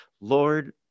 Lord